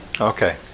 Okay